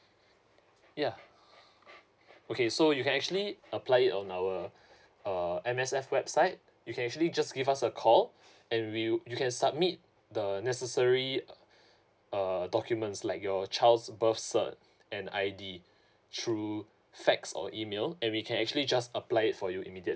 ya okay so you can actually apply it on our uh M_S_F website you can actually just give us a call and we'll you can submit the necessary err documents like your child's birth cert and I_D through fax or email and we can actually just apply it for you immediately